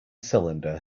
cylinder